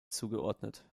zugeordnet